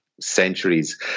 centuries